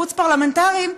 חוץ-פרלמנטריים,